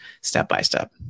step-by-step